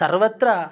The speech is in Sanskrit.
सर्वत्र